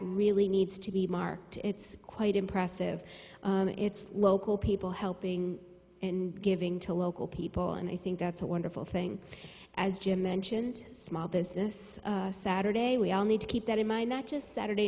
really needs to be marked it's quite impressive it's local people helping and giving to local people and i think that's a wonderful thing as jim mentioned small business saturday we all need to keep that in mind not just saturday